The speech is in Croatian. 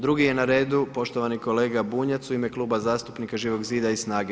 Drugi je na redu poštovani kolega Bunjac, u ime Kluba zastupnika Živog zida i SNAGA-e.